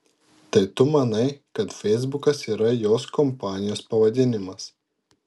tai tu manai kad feisbukas yra jos kompanijos pavadinimas